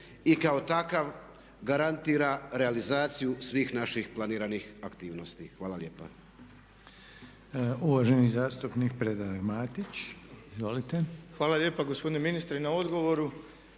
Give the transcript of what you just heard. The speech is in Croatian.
i kao takav garantira realizaciju svih naših planiranih aktivnosti. Hvala lijepa.